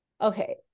okay